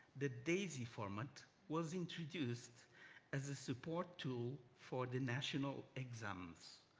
the daisy format was introduced as a support tool for the national exams.